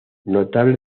notable